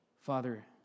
Father